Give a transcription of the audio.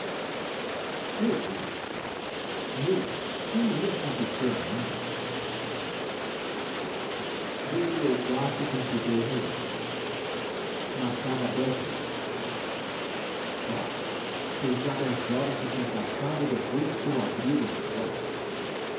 meu deus meu deus que iria acontecer ainda voltei ao quarto e consultei o relógio marcava dez horas oh pois já dez horas se tinham passado depois que eu abrira os olhos